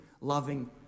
loving